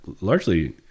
largely